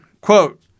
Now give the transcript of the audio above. quote